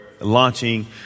launching